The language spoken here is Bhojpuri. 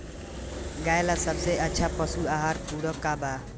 गाय ला सबसे अच्छा पशु आहार पूरक का बा?